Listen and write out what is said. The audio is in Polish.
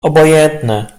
obojętne